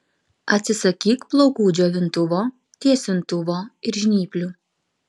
atsisakyk plaukų džiovintuvo tiesintuvo ir žnyplių